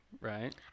right